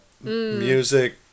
music